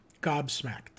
gobsmacked